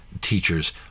teachers